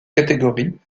catégorie